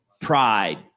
Pride